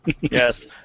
Yes